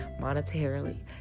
monetarily